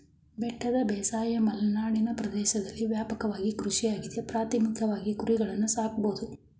ಬೆಟ್ಟದ ಬೇಸಾಯ ಮಲೆನಾಡಿನ ಪ್ರದೇಶ್ದಲ್ಲಿ ವ್ಯಾಪಕವಾದ ಕೃಷಿಯಾಗಿದೆ ಪ್ರಾಥಮಿಕವಾಗಿ ಕುರಿಗಳನ್ನು ಸಾಕೋದು